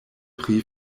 pri